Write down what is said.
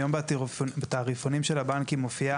היום בתעריפונים של הבנקים מופיעה